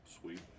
sweet